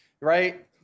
right